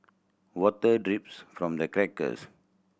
water drips from the crackers